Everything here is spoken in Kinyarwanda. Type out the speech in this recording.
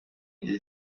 gihe